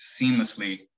seamlessly